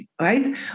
right